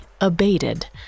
abated